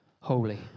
holy